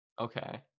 Okay